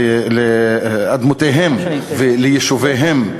לאדמותיהם וליישוביהם.